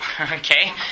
okay